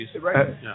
Right